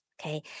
okay